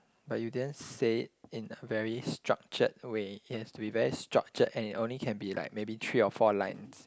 but you didn't say it in a very structured way it has to be very structured and it only can be like maybe three or four lines